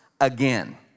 again